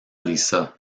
lisa